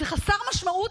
זה חסר משמעות,